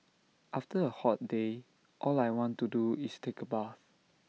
after A hot day all I want to do is take A bath